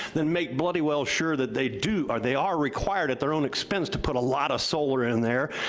then make bloody well sure that they do, or they are required, at their own expense, to put a lot of solar in there,